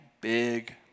big